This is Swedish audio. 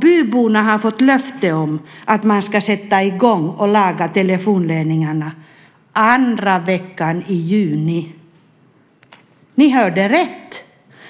Byborna har fått löfte om att man ska sätta i gång och laga telefonledningarna andra veckan i juni. Ni hörde rätt.